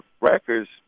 Records